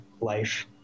life